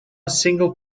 single